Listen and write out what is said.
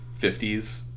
50s